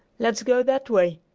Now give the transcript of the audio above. let's go that way.